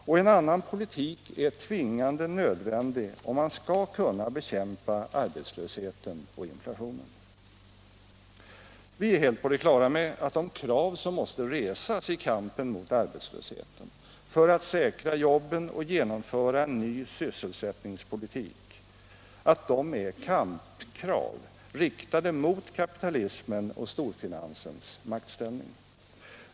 Och en annan politik är tvingande nödvändig om man skall kunna bekämpa arbetslösheten och inflationen. Vi är helt på det klara med att de krav som måste resas i kampen mot arbetslösheten, för att säkra jobben och genomföra en ny sysselsättningspolitik, är kampkrav riktade mot kapitalismen och storfinansens maktställning.